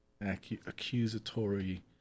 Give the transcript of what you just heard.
accusatory